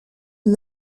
and